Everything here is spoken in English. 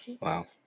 Wow